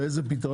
ולמצוא פתרון.